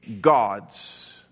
God's